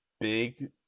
big